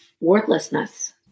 worthlessness